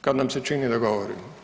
kad nam se čini da govorimo.